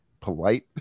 polite